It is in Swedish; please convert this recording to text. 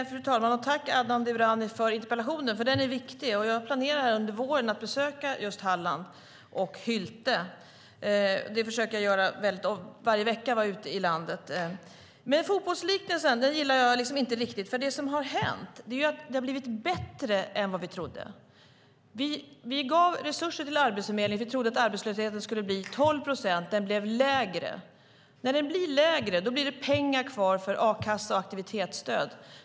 Fru talman! Tack, Adnan Dibrani, för interpellationen! Den är viktig. Jag planerar att besöka Halland och Hylte under våren. Jag försöker att komma ut i landet varje vecka. Jag gillade inte riktigt fotbollsliknelsen. Vad som har hänt är att det har blivit bättre än vad vi trodde. Vi gav resurser till Arbetsförmedlingen eftersom vi trodde att arbetslösheten skulle bli 12 procent. Den blev lägre. När arbetslösheten blir lägre blir det pengar kvar för a-kassa och aktivitetsstöd.